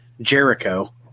Jericho